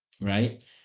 right